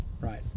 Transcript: right